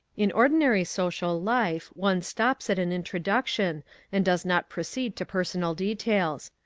in ordinary social life one stops at an introduction and does not proceed to personal details.